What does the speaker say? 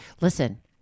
listen